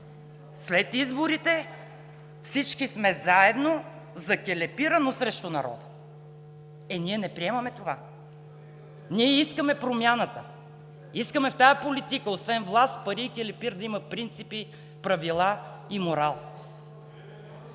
след изборите, всички сме заедно за келепира, но срещу народа. Ние не приемаме това. Ние искаме промяната. Искаме в тази политика освен власт, пари и келепир да има принципи, правила и морал.